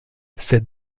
ces